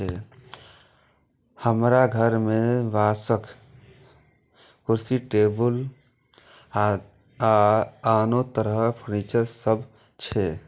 हमरा घर मे बांसक कुर्सी, टेबुल आ आनो तरह फर्नीचर सब छै